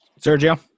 Sergio